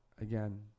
again